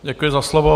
Děkuji za slovo.